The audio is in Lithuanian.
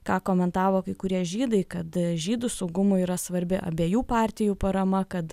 ką komentavo kai kurie žydai kad žydų saugumui yra svarbi abiejų partijų parama kad